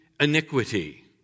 iniquity